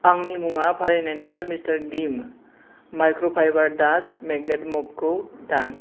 आंनि मुवा फारिलाइनिफ्राय mister gleam micro fibre dust magnet mop खौ दान